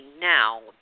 now